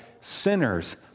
sinners